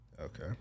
okay